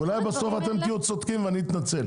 אתם תהיו צודקים ואני אתנצל.